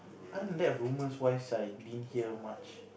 other than that rumours wise I didn't hear much